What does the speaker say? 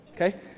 okay